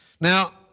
Now